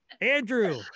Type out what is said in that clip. andrew